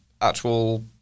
actual